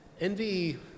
Envy